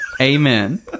amen